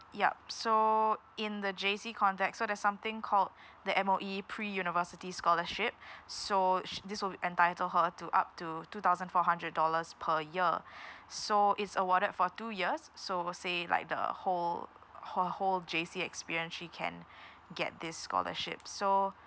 yup so in the J_C context so there's something called the M_O_E pre university scholarship so sh~ this will entitle her to up to two thousand four hundred dollars per year so it's awarded for two years so say like the whole her whole J_C experience she can get this scholarship so